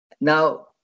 Now